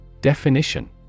Definition